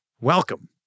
welcome